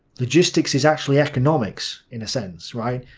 logistics is actually economics in a sense, right?